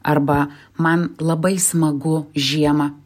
arba man labai smagu žiemą